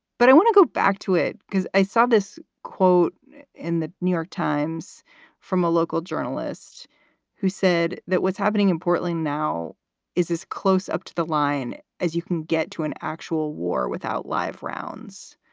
but i want to go back to it because i saw this quote in the new york times from a local journalist who said that what's happening in portland now is this close up to the line. as you can get to an actual war without live rounds.